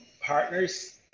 partners